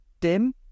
dim